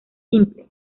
simple